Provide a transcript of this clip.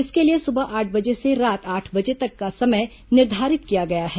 इसके लिए सुबह आठ बजे से रात आठ बजे तक का समय निर्धारित किया गया है